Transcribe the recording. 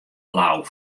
blau